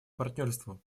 партнерству